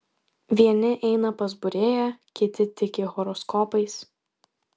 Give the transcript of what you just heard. vieni eina pas būrėją kiti tiki horoskopais